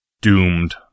Doomed